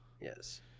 Yes